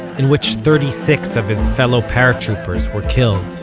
in which thirty-six of his fellow paratroopers were killed.